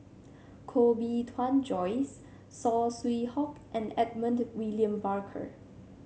Koh Bee Tuan Joyce Saw Swee Hock and Edmund William Barker